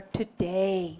today